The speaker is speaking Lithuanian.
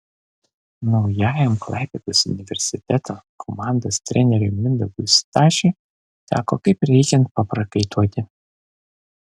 naujajam klaipėdos universiteto komandos treneriui mindaugui stašiui teko kaip reikiant paprakaituoti